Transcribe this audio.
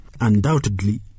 undoubtedly